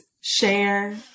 share